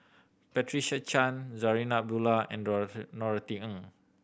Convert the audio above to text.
Patricia Chan Zarinah Abdullah and Norothy Ng